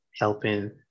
helping